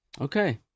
Okay